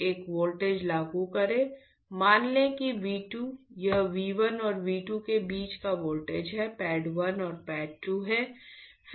तो एक वोल्टेज लागू करें मान लें कि V 2 यह V1 और V 2 के बीच का वोल्टेज है पैड 1 और पैड 2 हैं